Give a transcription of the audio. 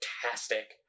fantastic